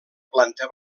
planta